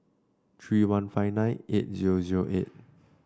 three one five nine eight zero zero eight